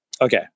Okay